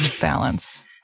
balance